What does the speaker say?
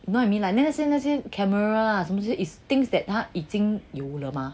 you know what I mean like 那些 camera ah 什么东西 is things that 他已经有了